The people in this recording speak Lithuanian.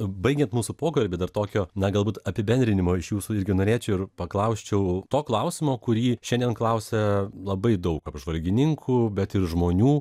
baigiant mūsų pokalbį dar tokio na galbūt apibendrinimo iš jūsų irgi norėčiau ir paklausčiau to klausimo kurį šiandien klausia labai daug apžvalgininkų bet ir žmonių